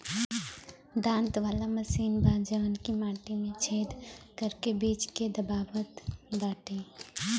दांत वाला मशीन बा जवन की माटी में छेद करके बीज के दबावत बाटे